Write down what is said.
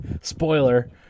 Spoiler